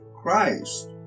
Christ